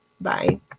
Bye